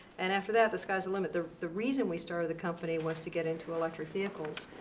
and after that the sky's the limit. the the reason we started the company was to get into electric vehicles.